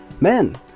Men